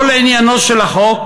כל עניינו של החוק